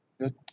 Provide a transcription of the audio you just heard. Good